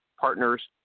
partners